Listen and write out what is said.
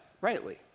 rightly